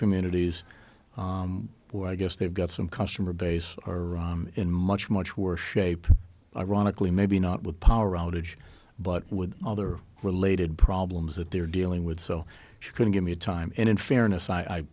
communities where i guess they've got some customer base are in much much worse shape ironically maybe not with power outage but with other related problems that they're dealing with so she couldn't give me a time and in fairness i